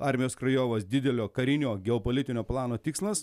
armijos krajovas didelio karinio geopolitinio plano tikslas